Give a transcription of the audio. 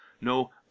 no